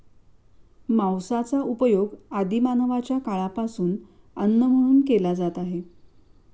मांसाचा उपयोग आदि मानवाच्या काळापासून अन्न म्हणून केला जात आहे